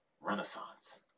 Renaissance